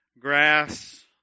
grass